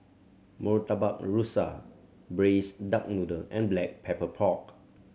Murtabak Rusa Braised Duck Noodle and Black Pepper Pork